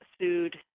sued